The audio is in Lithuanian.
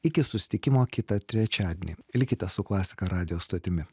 iki susitikimo kitą trečiadienį likite su klasika radijo stotimi